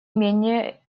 менее